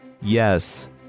Yes